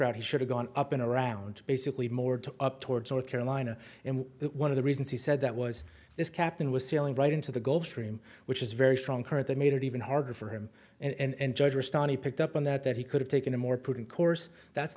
route he should have gone up and around basically more to up towards north carolina and one of the reasons he said that was this captain was sailing right into the gulf stream which is a very strong current that made it even harder for him and judge or stanley picked up on that that he could have taken a more prudent course that's